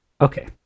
Okay